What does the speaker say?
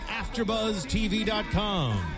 AfterBuzzTV.com